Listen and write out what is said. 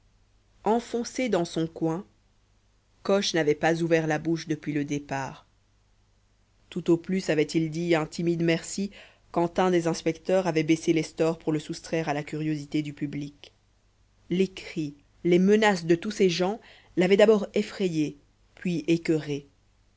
enfoncé dans son coin coche n'avait pas ouvert la bouche depuis le départ tout au plus avait-il dit un timide merci quand un des inspecteurs avait baissé les stores pour le soustraire à la curiosité du public les cris les menaces de tous ces gens l'avaient d'abord effrayé puis écoeuré